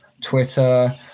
Twitter